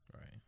Right